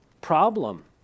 problem